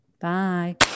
Bye